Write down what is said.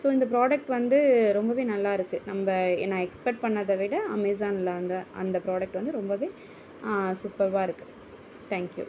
so இந்த product வந்து ரொம்பவே நல்லாயிருக்கு நம்ம நான் எக்ஸ்பெக்ட் பண்ணதை விட அமேசானில் வந்த அந்த ப்ராடெக்ட் வந்து ரொம்பவே சூப்பர்பாக இருக்குது தேங்க்யூ